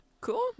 cool